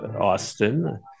Austin